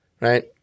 right